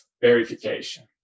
verification